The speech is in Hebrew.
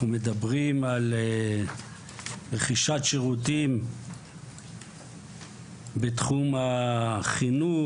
מדברים על רכישת שירותים בתחום החינוך,